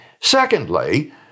Secondly